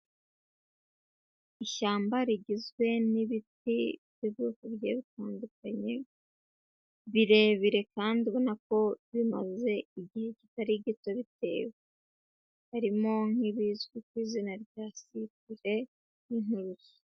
Ishyamba rigizwe n'ibiti by'ubwoko bugiye butandukanye, birebire kandi ubona ko bimaze igihe kitari gito bitewe. Harimo nk'ibizwi ku izina rya sipure n'inturusu.